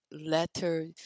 letter